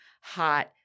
hot